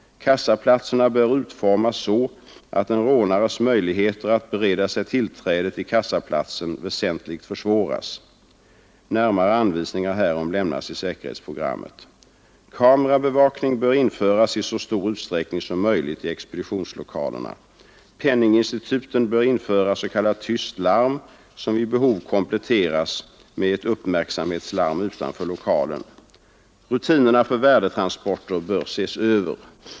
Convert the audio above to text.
Kassaplatserna bör utformas så, att en rånares möjligheter att bereda sig tillträde till kassaplatsen väsentligt försvåras. Närmare anvisningar härom lämnas i säkerhetsprogrammet. Kamerabevakning bör införas i så stor utsträckning som möjligt i expeditionslokalerna. Penninginstituten bör införa s.k. tyst larm, som vid behov kompletteras med ett uppmärksamhetslarm utanför lokalen. Rutinerna för värdetransporter bör ses över.